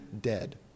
dead